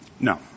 No